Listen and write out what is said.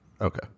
Okay